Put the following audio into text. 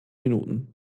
minuten